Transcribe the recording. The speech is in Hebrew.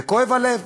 וכואב הלב,